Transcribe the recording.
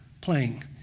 playing